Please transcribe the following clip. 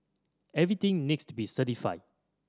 everything needs to be certified